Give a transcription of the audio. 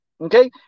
Okay